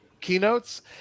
keynotes